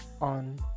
on